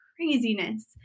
craziness